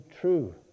true